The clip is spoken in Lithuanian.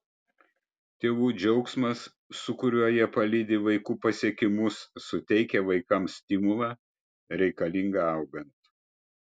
tėvų džiaugsmas su kuriuo jie palydi vaikų pasiekimus suteikia vaikams stimulą reikalingą augant